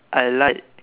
I like